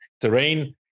terrain